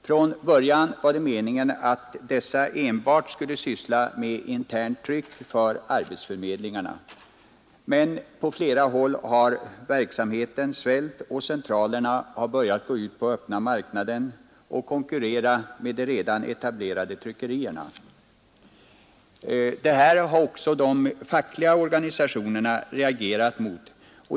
Från början var det meningen att dessa centraler enbart skulle syssla med internt tryck för arbetsförmedlingarna, men på flera håll har verksamheten svällt, och centralerna har börjat gå ut på öppna marknaden och konkurrera med de redan etablerade tryckerierna. Detta har de fackliga organisationerna reagerat mot.